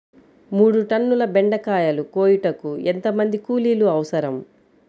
మూడు టన్నుల బెండకాయలు కోయుటకు ఎంత మంది కూలీలు అవసరం?